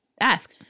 ask